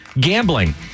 gambling